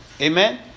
Amen